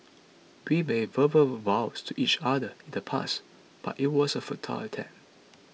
we made verbal vows to each other in the past but it was a futile attempt